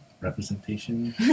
representation